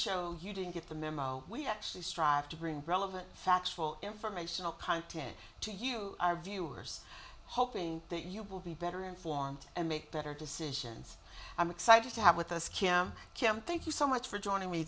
show you didn't get the memo we actually strive to bring relevant factual informational content to you our viewers hoping that you will be better informed and make better decisions i'm excited to have with us kim kim thank you so much for joining me